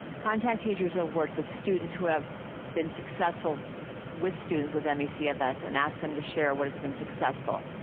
contact teachers who work with students who have been successful with students with me cfs and ask them to share what has been successful.